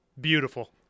beautiful